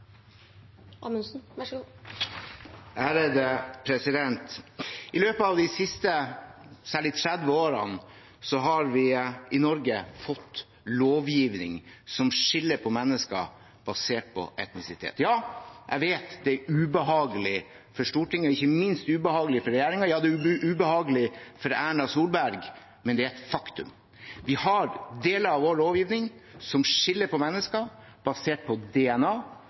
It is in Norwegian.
I løpet av de siste særlig 30 årene har vi i Norge fått en lovgivning som skiller mellom mennesker basert på etnisitet. Ja, jeg vet det er ubehagelig for Stortinget og ikke minst for regjeringen og Erna Solberg, men det er et faktum: Vi har deler av vår lovgivning som skiller mellom mennesker basert på DNA,